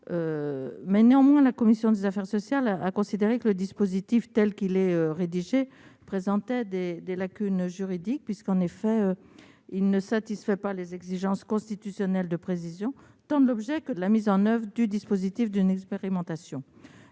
Néanmoins, la commission des affaires sociales a considéré que leurs dispositifs, tels qu'ils sont conçus, présentaient des lacunes juridiques. En effet, ils ne satisfont pas aux exigences constitutionnelles de précision, tant pour l'objet que pour la mise en oeuvre du dispositif d'expérimentation.